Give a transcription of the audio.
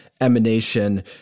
emanation